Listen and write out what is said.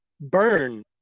Burn